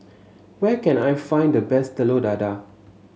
where can I find the best Telur Dadah